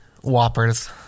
Whoppers